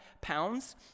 pounds